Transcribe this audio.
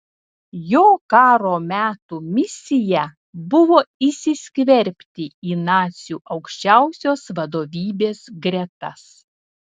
jo karo metų misija buvo įsiskverbti į nacių aukščiausios vadovybės gretas